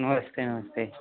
नमस्ते नमस्ते